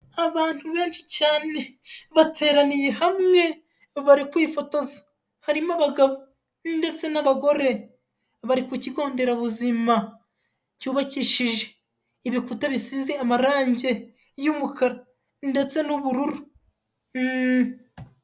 Abantu benshi cyane bateraniye hamwe bari kwifotoza, harimo abagabo ndetse n'abagore bari ku kigo nderabuzima cyubakishije ibikuta bisize amarangi y'umukara ndetse n'ubururu.